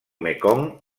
mekong